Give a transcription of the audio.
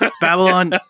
Babylon